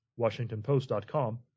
WashingtonPost.com